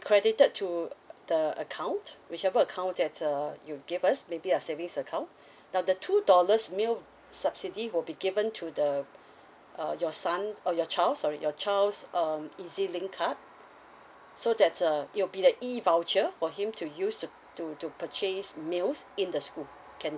credited to the account whichever account that uh you give us maybe a savings account now the two dollars meal subsidy will be given to the uh your son or your child sorry your child's um E_Z link card so that uh it'll be the e voucher for him to use to to to purchase meals in the school can